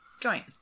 joint